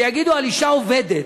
שיגידו על אישה עובדת,